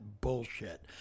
bullshit